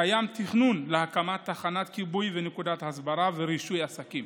קיים תכנון להקמת תחנת כיבוי ונקודת הסברה ורישוי עסקים,